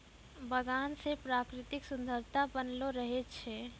बगान से प्रकृतिक सुन्द्ररता बनलो रहै छै